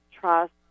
trust